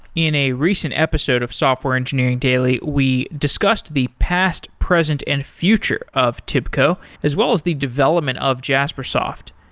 in a recent episode of software engineering daily, we discussed the past, present and future of tibco as well as the development of jaspersoft.